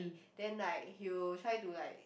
then like he will try to like